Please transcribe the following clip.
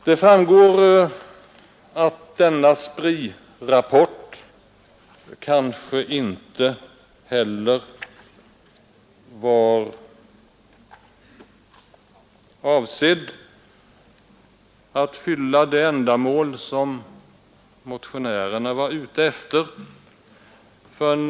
Det framgår att denna SPRI-rapport kanske inte heller var avsedd att fylla det ändamål som motionärerna var ute efter.